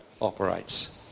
operates